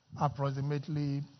approximately